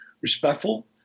respectful